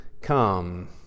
come